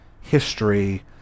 history